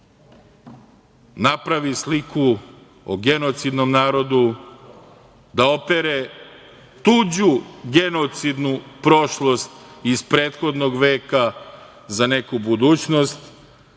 napravi sliku o genocidnom narodu, da opere tuđu genocidnu prošlost iz prethodnog veka za neku budućnost,